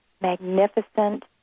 magnificent